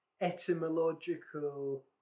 etymological